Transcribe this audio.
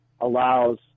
allows